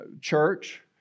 church